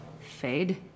Fade